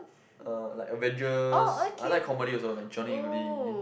uh like Avengers I like comedy also like Johnny-English